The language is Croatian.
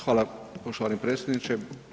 Hvala poštovani predsjedničke.